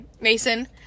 mason